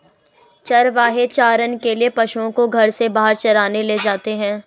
चरवाहे चारण के लिए पशुओं को घर से बाहर चराने ले जाते हैं